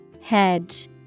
Hedge